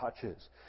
touches